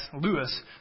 Lewis